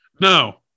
no